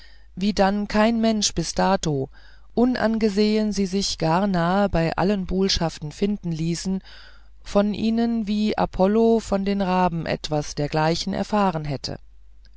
wie dann kein mensch bis dato unangesehen sie sich gar nahe bei allen buhlschaften finden ließen von ihnen wie apollo von den raben etwas dergleichen erfahren hätte